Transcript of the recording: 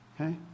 okay